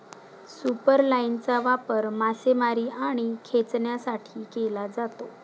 सुपरलाइनचा वापर मासेमारी आणि खेचण्यासाठी केला जातो